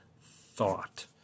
thought